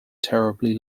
terribly